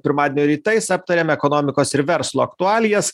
pirmadienio rytais aptariame ekonomikos ir verslo aktualijas